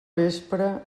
vespra